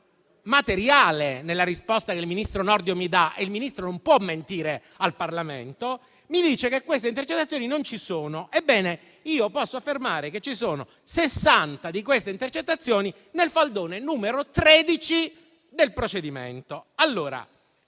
materiale nella risposta che il ministro Nordio mi dà e il Ministro non può mentire al Parlamento, perché mi dice che queste intercettazioni non ci sono - che ci sono 60 di queste intercettazioni nel faldone numero 13 del procedimento.